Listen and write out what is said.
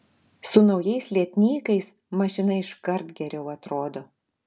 su naujais lietnykais mašina iškart geriau atrodo